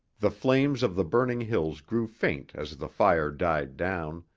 the flames of the burning hills grew faint as the fire died down,